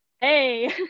hey